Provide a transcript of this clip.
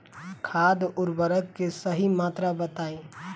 खाद उर्वरक के सही मात्रा बताई?